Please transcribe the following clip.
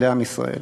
לעם ישראל.